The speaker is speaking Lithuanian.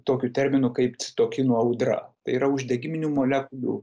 tokiu terminu kaip tokinų audra tai yra uždegiminių molekulių